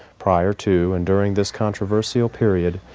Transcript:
prior to and during this controversial period,